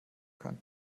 kann